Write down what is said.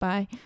Bye